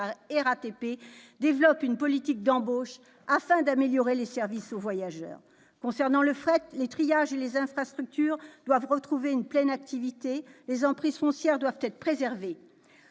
RATP développent une politique d'embauche, afin d'améliorer les services aux voyageurs. Concernant le fret, les triages et les infrastructures doivent retrouver une pleine activité, et les emprises foncières être préservées.